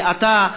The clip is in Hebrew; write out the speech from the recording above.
ואתה,